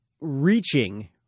Reaching